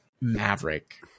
Maverick